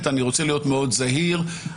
אני מודה עוד פעם לגלעד על הכינוס של הוועדה,